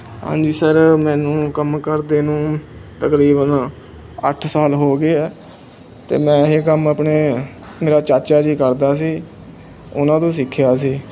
ਹਾਂਜੀ ਸਰ ਮੈਨੂੰ ਕੰਮ ਕਰਦੇ ਨੂੰ ਤਕਰੀਬਨ ਅੱਠ ਸਾਲ ਹੋ ਗਏ ਹੈ ਅਤੇ ਮੈਂ ਇਹ ਕੰਮ ਆਪਣੇ ਮੇਰੇ ਚਾਚਾ ਜੀ ਕਰਦੇ ਸੀ ਉਹਨਾਂ ਤੋ ਸਿੱਖਿਆ ਸੀ